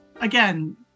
again